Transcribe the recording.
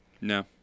No